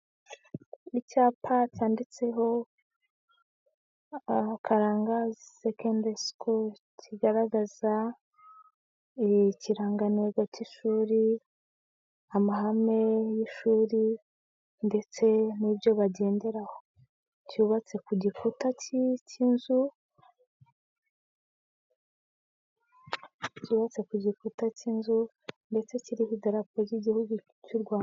Icyapa cyanditseho Karangazi sekendari sikuru kigaragaza ikirangantego k'ishuri, amahame y'ishuri ndetse n'ibyo bagendeho. Cyubatse ku gikuta cy'inzu ndetse kiriho idarapo ry'igihugu cy'u Rwanda.